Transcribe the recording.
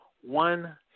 one